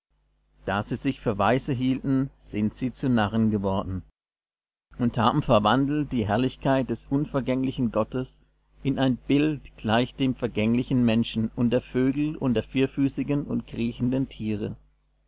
da sie sich für weise hielten sind sie zu narren geworden und haben verwandelt die herrlichkeit des unvergänglichen gottes in ein bild gleich dem vergänglichen menschen und der vögel und der vierfüßigen und der kriechenden tiere